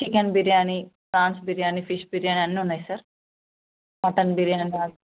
chicken biryani prawns biryani fresh biryani అన్ని ఉన్నాయి sir mutton biryani